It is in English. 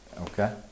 Okay